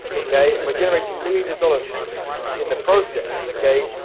okay? and we're generating millions of dollars in the process, okay?